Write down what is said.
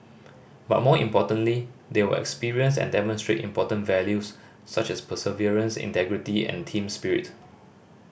but more importantly they will experience and demonstrate important values such as perseverance integrity and team spirit